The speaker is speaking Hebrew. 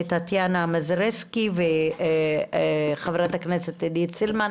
טטיאנה מזרסקי וחברת הכנסת עידית סילמן,